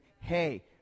hey